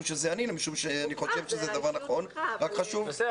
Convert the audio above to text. שזה אני אלא משום שאני חושב שזה דבר נכון אבל חשוב